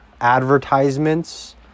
advertisements